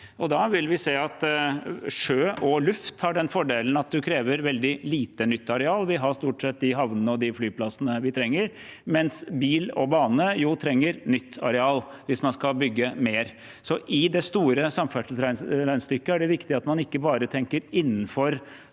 Da vil vi se at sjø og luft har den fordelen at det krever veldig lite nytteareal. Vi har stort sett de havnene og flyplassene vi trenger, mens bil og bane trenger nytt areal hvis man skal bygge mer. I det store samferdselsregnestykket er det viktig at man ikke bare tenker innenfor